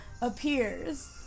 appears